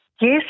Yes